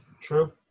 True